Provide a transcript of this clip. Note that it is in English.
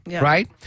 right